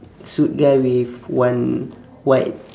suit guy with one white